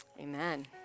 Amen